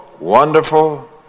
Wonderful